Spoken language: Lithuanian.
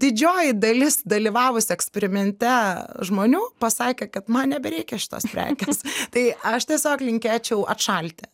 didžioji dalis dalyvavusių eksperimente žmonių pasakė kad man nebereikia šitos prekės tai aš tiesiog linkėčiau atšalti